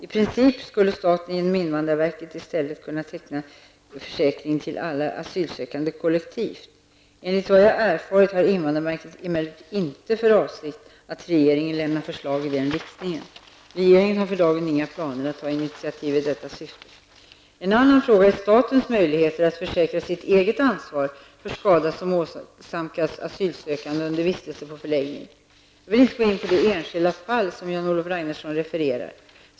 I princip skulle staten genom invandrarverket i stället kunna teckna försäkring för alla asylsökande kollektivt. Enligt vad jag erfarit har invandrarverket emellertid inte för avsikt att till regeringen lämna förslag i den riktningen. Regeringen har för dagen inga planer på att ta initiativ i detta syfte. En annan fråga är statens möjlighet att försäkra sitt eget ansvar för skada som åsamkas asylsökande under vistelsen på förläggning. Jag vill inte gå in på det enskilda fall som Jan-Olof Ragnarsson refererar.